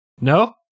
No